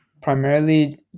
primarily